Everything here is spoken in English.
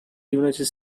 united